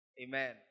Amen